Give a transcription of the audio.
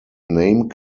name